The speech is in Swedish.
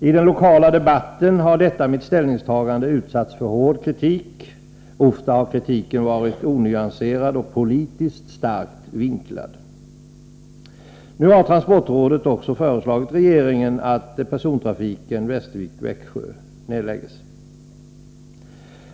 I den lokala debatten har detta mitt ställningstagande utsatts för hård kritik. Ofta har kritiken varit onyanserad och politiskt starkt vinklad. Transportrådet har nu också föreslagit regeringen att persontrafiken Västervik-Växjö nedläggs.